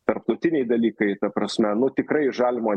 tarptautiniai dalykai ta prasme nu tikrai žalimo